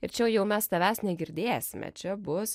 ir čia jau mes tavęs negirdėsime čia bus